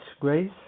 Grace